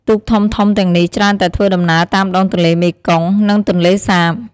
ទូកធំៗទាំងនេះច្រើនតែធ្វើដំណើរតាមដងទន្លេមេគង្គ និងទន្លេសាប។